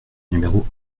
numéro